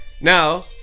Now